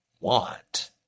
want